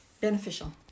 beneficial